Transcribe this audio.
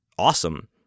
awesome